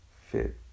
fit